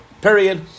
period